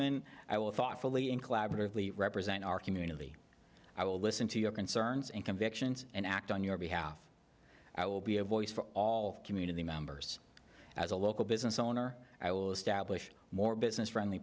if i will thoughtfully in collaboratively represent our community i will listen to your concerns and convictions and act on your behalf i will be a voice for all community members as a local business owner i will establish more business friendly